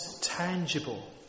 tangible